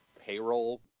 payroll